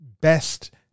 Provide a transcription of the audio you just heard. best